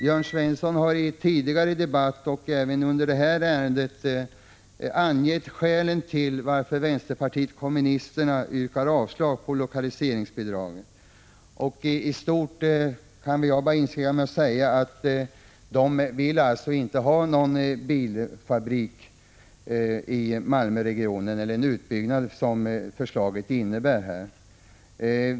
Jörn Svensson har i en tidigare debatt, och även under det här ärendet, angett skälen till att vpk yrkar avslag på lokaliseringsbidragen. I stort kan jag inskränka mig till att säga att de alltså inte vill ha någon bilfabrik i Malmöregionen eller någon utbyggnad, som förslaget innebär.